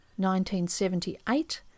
1978